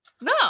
No